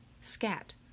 Scat